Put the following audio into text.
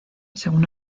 según